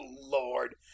Lord